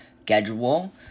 schedule